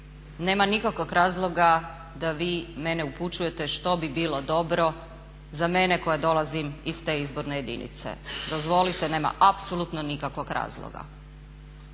nema nikakvog razloga da vi mene upućujete što bi bilo dobro za mene koja dolazim iz te izborne jedinice. Dozvolite nema apsolutno nikakvog razloga.